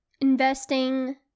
investing